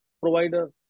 provider